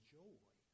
joy